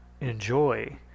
enjoy